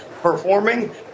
performing